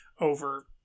over